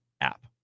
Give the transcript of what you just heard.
app